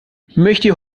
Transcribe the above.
möchte